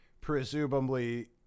presumably